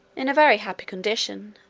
in a very happy condition,